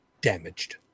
Damaged